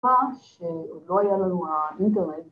‫פעם, שעוד לא היה לנו ה..אינטרנט.